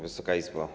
Wysoka Izbo!